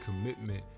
commitment